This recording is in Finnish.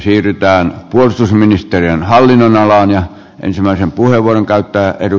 siirrytään puolustusministeriön hallinnonalaan ja ensimmäisen puheenvuoron käyttää edu